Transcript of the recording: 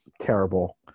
terrible